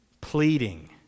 pleading